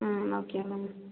ம் okay ma'am